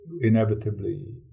inevitably